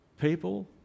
people